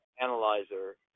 analyzer